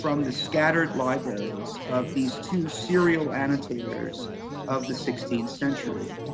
from the scattered libraries of these two serial annotators of the sixteenth century.